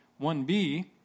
1B